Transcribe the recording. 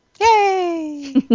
Yay